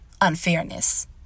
unfairness